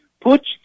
Put